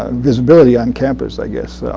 ah visibility on campus, i guess.